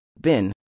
Bin